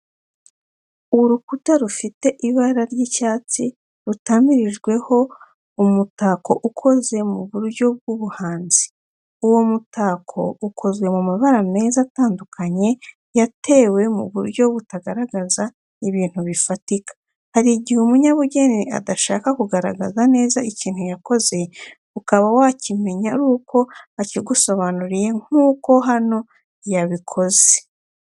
Urukuta rufite ibara ry’icyatsi rutamirijweho umutako ukoze mu buryo bw’ubuhanzi. Uwo mutako ukozwe mu mabara meza atandukanye yateweho mu buryo butagaragaza ibintu bifatika. Hari igihe umunyabugeni adashaka kugaragaza neza ikintu yakoze, ukaba wakimenya ari uko akigusobanuriye nk'uko hano yabikoze.